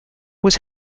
was